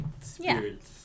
spirits